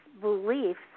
beliefs